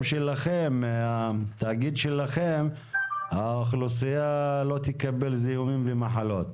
שלכם מהתאגיד שלכם האוכלוסייה לא תקבל זיהומים ומחלות?